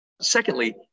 Secondly